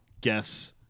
guess